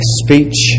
speech